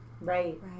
Right